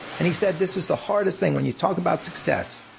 and he said this was the hardest thing when you talk about success.